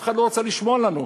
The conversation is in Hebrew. אף אחד לא רצה לשמוע לנו.